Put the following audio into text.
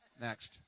Next